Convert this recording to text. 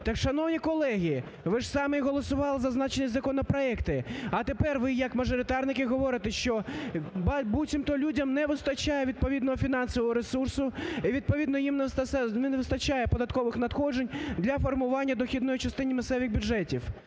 Так, шановні колеги, ви ж самі голосували за зазначені законопроекти, а тепер ви як мажоритарники говорите, що буцімто людям не вистачає відповідного фінансового ресурсу, відповідно їм не вистачає податкових надходжень для формування дохідної частини місцевих бюджетів.